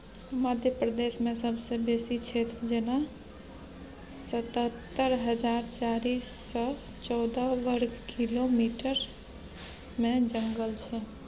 मध्य प्रदेशमे सबसँ बेसी क्षेत्र जेना सतहत्तर हजार चारि सय चौदह बर्ग किलोमीटरमे जंगल छै